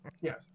yes